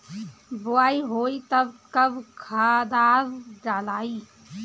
बोआई होई तब कब खादार डालाई?